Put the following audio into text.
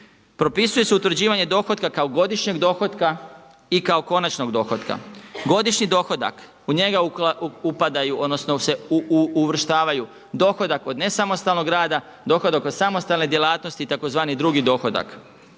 Propisuje se utvrđivanje dohotka kao godišnjeg dohotka i kao konačnog dohotka. Godišnji dohodak u njega upadaju, odnosno se uvrštavaju dohodak od nesamostalnog rada, dohodak od samostalne djelatnosti tzv. drugi dohodak.